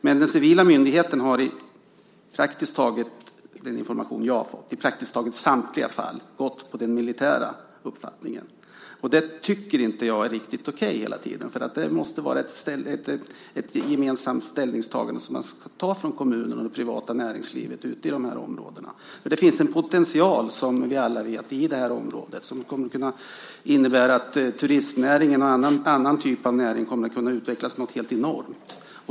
Men den information jag har fått visar att den civila myndigheten i praktiskt taget samtliga fall har gått på den militära uppfattningen. Jag tycker inte att det är riktigt okej. Det måste vara ett gemensamt ställningstagande från kommunen och det privata näringslivet i de här områdena. Det finns en potential, som vi alla vet, i det här området, som kommer att kunna innebära att turismnäring och andra typer av näring kan utvecklas något helt enormt.